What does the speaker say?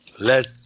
let